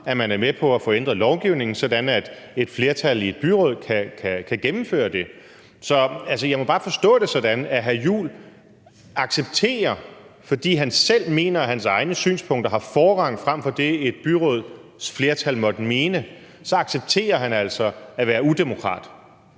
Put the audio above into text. at man er med på at få ændret lovgivningen, så et flertal i et byråd kan gennemføre det. Så jeg må bare forstå det sådan, at hr. Christian Juhl accepterer – fordi han selv mener, at hans egne synspunkter har forrang frem for det, et byråds flertal måtte mene – at være udemokratisk.